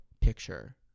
picture